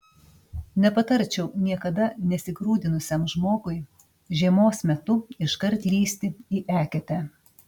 nepatarčiau niekada nesigrūdinusiam žmogui žiemos metu iškart lįsti į eketę